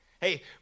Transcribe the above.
Hey